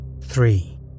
three